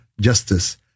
justice